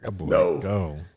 No